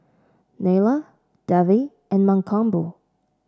Neila Devi and Mankombu